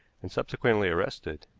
and subsequently arrested.